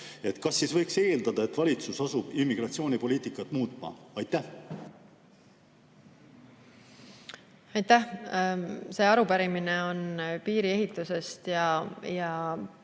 kas siis võiks eeldada, et valitsus asub immigratsioonipoliitikat muutma? See arupärimine on piiriehitusest ja